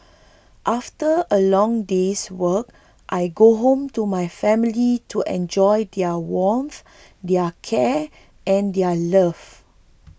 after a long day's work I go home to my family to enjoy their warmth their care and their love